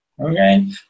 okay